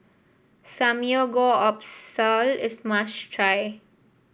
samgyeopsal is a must try